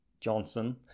Johnson